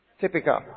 Typical